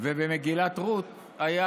ובמגילת רות היה